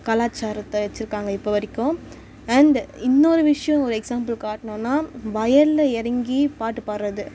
கலாச்சாரத்தை வச்சுருக்காங்க இப்போ வரைக்கும் அண்டு இன்னொரு விஷயம் ஒரு எக்ஸாம்பிள் காட்டுணுன்னா வயலில் இறங்கி பாட்டு பாடுறது